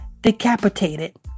decapitated